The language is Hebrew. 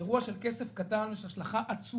זה אירוע של כסף קטן שיש לו השלכה עצומה.